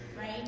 right